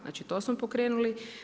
Znači to smo pokrenuli.